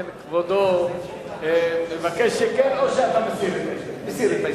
אם כן, כבודו מבקש שכן או שאתה מסיר את ההסתייגות?